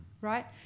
right